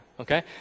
okay